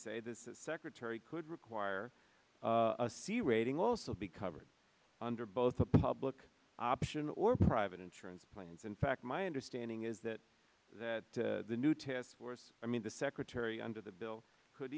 say this is secretary could require a c rating also be covered under both a public option or private insurance plans in fact my understanding is that that the new task force i mean the secretary under the bill could